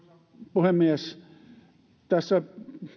puhemies tässä